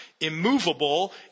immovable